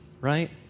right